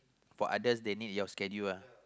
for others they need your schedule ah